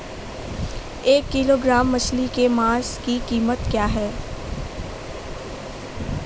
एक किलोग्राम मछली के मांस की कीमत क्या है?